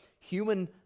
human